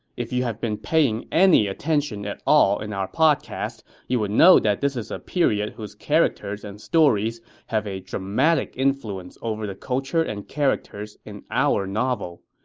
if you have been paying any attention at all in our podcast, you would know that this is a period whose characters and stories have a dramatic influence over the culture and characters in our novel.